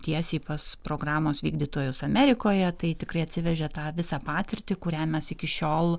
tiesiai pas programos vykdytojus amerikoje tai tikrai atsivežė tą visą patirtį kuria mes iki šiol